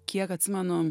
kiek atsimenu